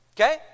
Okay